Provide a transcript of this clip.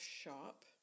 shop